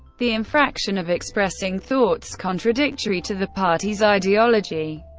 the infraction of expressing thoughts contradictory to the party's ideology.